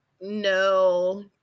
no